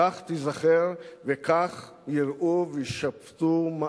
כך תיזכר וכך ייראו ויישפטו מעשיך.